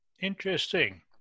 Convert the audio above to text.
Interesting